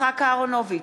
יצחק אהרונוביץ,